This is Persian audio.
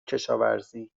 کشاورزی